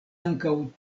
ankaŭ